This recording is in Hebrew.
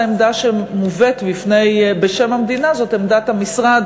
העמדה שמובאת בשם המדינה זאת עמדת המשרד